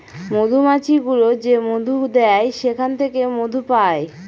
মধুমাছি গুলো যে মধু দেয় সেখান থেকে মধু পায়